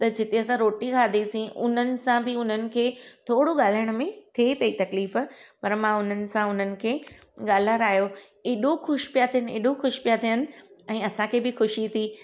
त जिते असां रोटी खाधीसीं हुननि सां बि हुननि खे थोरो ॻाल्हायण में थिए पई तकलीफ़ पर मां हुननि सां हुननि खे ॻाल्हरायो एॾो ख़ुश पिया थियनि एॾो ख़ुश पिया थियनि ऐं असांखे बि ख़ुशी थी